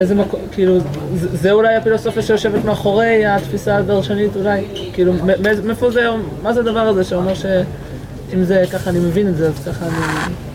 איזה מקום, כאילו, זה אולי הפילוסופיה שיושבת מאחורי, התפיסה הדרשנית אולי, כאילו, מאיפה זה, מה זה הדבר הזה שאומר ש... אם זה ככה אני מבין את זה, אז ככה אני...